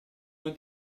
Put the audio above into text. una